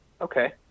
okay